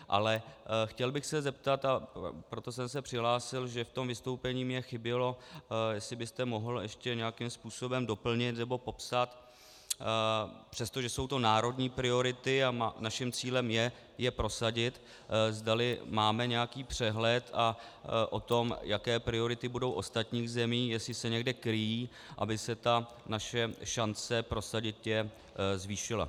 Ale chtěl bych se zeptat, a proto jsem se přihlásil, protože v tom vystoupení mi chybělo, jestli byste mohl ještě nějakým způsobem doplnit nebo popsat, přestože jsou to národní priority a naším cílem je je prosadit, zdali máme nějaký přehled o tom, jaké priority budou v ostatních zemích, jestli se někde kryjí, aby se naše šance prosadit je zvýšila.